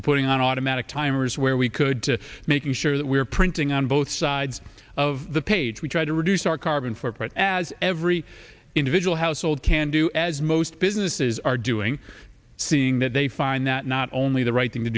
to putting on automatic timers where we could to making sure that we're printing on both sides of the page we try to reduce our carbon footprint as every individual household can do as most businesses are doing seeing that they find that not only the right thing to